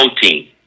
protein